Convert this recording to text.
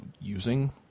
using